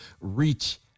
reach